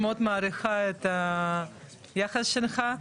מאוד מעריכה את היחס שלך.